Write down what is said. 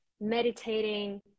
meditating